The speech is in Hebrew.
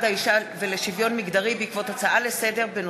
האישה ולשוויון מגדרי בעקבות דיון בהצעות לסדר-היום